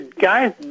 guys